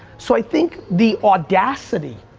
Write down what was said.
so i think the audacity